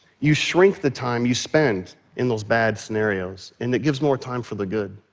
you shrink the time you spend in those bad scenarios and it gives more time for the good.